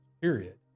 Period